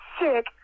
Sick